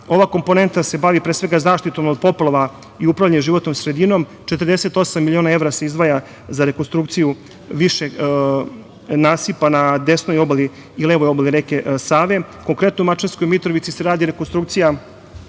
Ova komponenta se bavi pre svega zaštitom od poplava i upravljanjem životnom sredinom. Četrdeset osam miliona evra se izdvaja za rekonstrukciju višeg nasipa na desnoj obali i levoj obali reke Save. Konkretno, u Mačvanskoj Mitrovici se radi rekonstrukcija